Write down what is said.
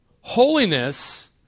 Holiness